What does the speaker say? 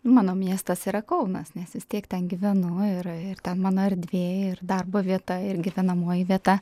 mano miestas yra kaunas nes vis tiek ten gyvenu ir ir ten mano erdvė ir darbo vieta ir gyvenamoji vieta